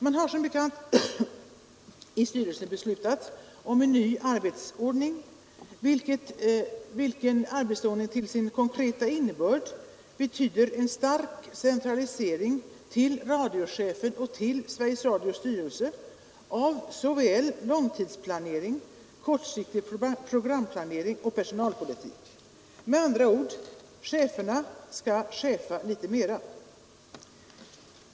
Man har som bekant i styrelsen beslutat om en ny arbetsordning, vilken till sin konkreta innebörd betyder en stark centralisering till radiochefen och till Sveriges Radios styrelse av såväl långtidsplanering och kortsiktig programplanering som personalpolitik. Med andra ord: cheferna skall chefa litet mera.